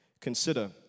Consider